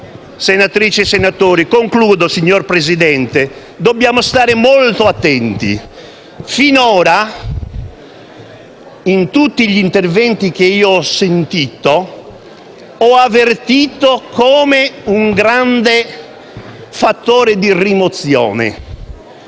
senatrici e senatori, signor Presidente: dobbiamo stare molto attenti. Finora, in tutti gli interventi che ho sentito, ho avvertito come un grande fattore di rimozione: